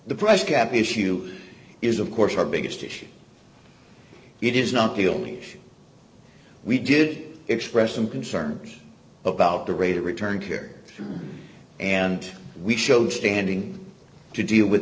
the price gap issue is of course our biggest issue it is not the only issue we did express some concern about the rate of return here and we showed standing to deal with